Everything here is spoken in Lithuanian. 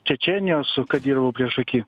čečėnijos su kadijevu priešaky